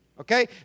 Okay